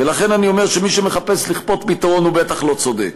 ולכן אני אומר שמי שמחפש לכפות פתרון הוא בטח לא צודק.